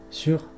sur